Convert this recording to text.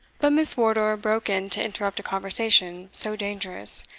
but miss wardour broke in to interrupt a conversation so dangerous.